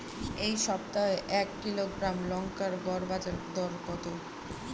এই সপ্তাহে এক কিলোগ্রাম লঙ্কার গড় বাজার দর কত?